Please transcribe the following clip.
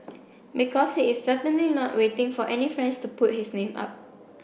because he is certainly not waiting for any friends to put his name up